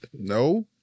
no